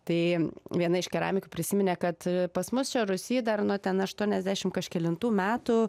tai viena iš keramikų prisiminė kad pas mus čia rūsy dar nuo ten aštuoniasdešim kažkelintų metų